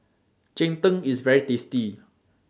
Cheng Tng IS very tasty